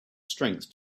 strength